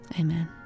Amen